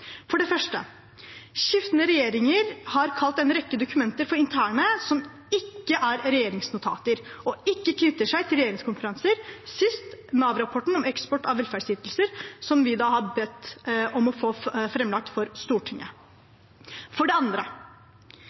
For det første: Skiftende regjeringer har kalt en rekke dokumenter som ikke er regjeringsnotater, og ikke knytter seg til regjeringskonferanser, for interne, sist Nav-rapporten om eksport av velferdsytelser, som vi har bedt om å få framlagt for Stortinget. For det andre: